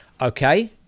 Okay